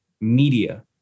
Media